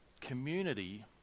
community